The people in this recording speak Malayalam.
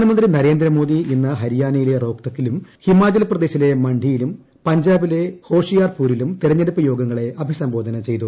പ്രധാനമന്ത്രി നരേന്ദ്ര മോദി ഇന്ന് ഹരിയാനയിലെ രോഹ്ത്തക്കിലും ഹിമാചൽ പ്രദേശിലെ മണ്ഡിയിലും പഞ്ചാബിലെ ഹോഷിയാർപൂരിലും തെരഞ്ഞെടുപ്പ് യോഗങ്ങളെ അഭിസംബോധന ചെയ്തു